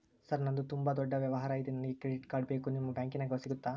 Sir ನಂದು ತುಂಬಾ ದೊಡ್ಡ ವ್ಯವಹಾರ ಇದೆ ನನಗೆ ಕ್ರೆಡಿಟ್ ಕಾರ್ಡ್ ಬೇಕು ನಿಮ್ಮ ಬ್ಯಾಂಕಿನ್ಯಾಗ ಸಿಗುತ್ತಾ?